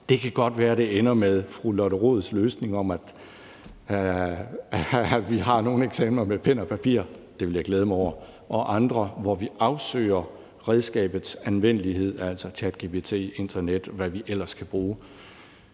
Det kan godt være, det ender med fru Lotte Rods løsning om, at vi har nogle eksamener med pen og papir – det vil jeg glæde mig over – og andre, hvor vi afsøger redskabets anvendelighed, altså ChatGPT, internet, og hvad vi ellers kan bruge.